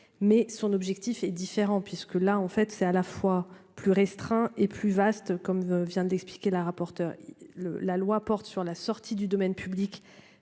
mais son objectif est différent puisque là en fait c'est à la fois plus restreint et plus vaste, comme vient de l'expliquer la rapporteure le la loi porte sur la sortie du domaine public